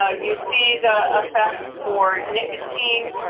ah you see the effect for nicotine,